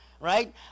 right